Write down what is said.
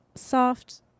soft